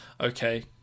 okay